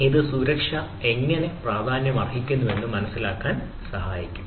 അത് സുരക്ഷ എങ്ങനെ പ്രാധാന്യമർഹിക്കുന്നുവെന്ന് മനസിലാക്കാൻ സഹായിക്കും